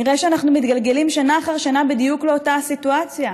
נראה שאנחנו מתגלגלים שנה אחר שנה בדיוק לאותה הסיטואציה.